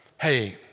Hey